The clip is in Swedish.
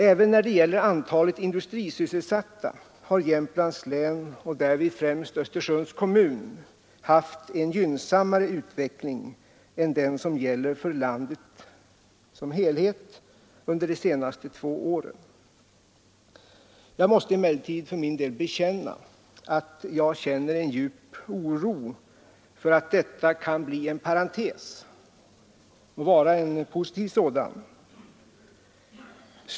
Även när det gäller antalet industrisysselsatta har Jämtlands län och därvid främst Östersunds kommun haft en gynnsammare utveckling än den som gäller för landet som helhet under de senaste två åren. Jag måste emellertid för min del bekänna att jag hyser en djup oro för att detta kan bli en parentes — må vara en positiv sådan — i utvecklingen.